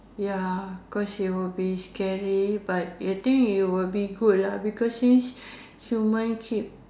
ya cause you will be scary but I think you will be good ah because since human keep